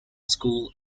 school